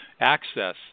access